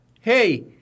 Hey